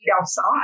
outside